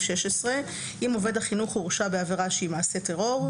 16 אם עובד החינוך הורשע בעבירה שהיא מעשה טרור".